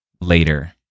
later